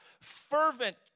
fervent